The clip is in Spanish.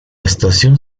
estación